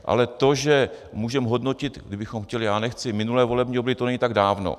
Ale to, že můžeme hodnotit, kdybychom chtěli já nechci , minulé volební období, to není tak dávno.